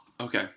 Okay